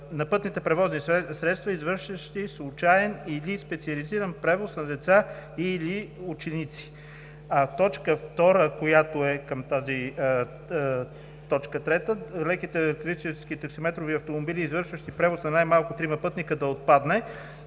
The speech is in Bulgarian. на пътните превозни средства, извършващи случаен или специализиран превоз с деца и/или ученици“. А т. 2, която е към тази т. 3, „леките електрически таксиметрови автомобили, извършващи превоз на най-малко трима пътници“ да отпадне